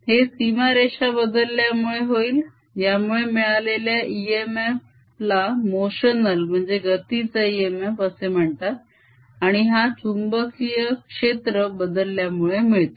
हे सीमारेषा बदलल्यामुळे होईल यामुळे मिळालेल्या इएमएफ ला मोशनल गतीचा इएमएफ असे म्हणतात आणि हा चुंबकीय क्षेत्र बदलल्यामुळे मिळतो